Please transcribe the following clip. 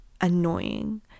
annoying